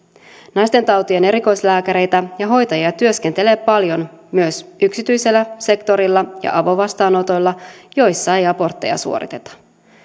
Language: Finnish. naistentautien erikoislääkäreitä ja hoitajia työskentelee paljon myös yksityisellä sektorilla ja avovastaanotoilla joilla ei abortteja suoriteta